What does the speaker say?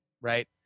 Right